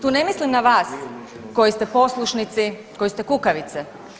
Tu ne mislim na vas koji ste poslušnici, koji ste kukavice.